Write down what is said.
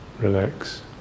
relax